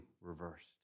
reversed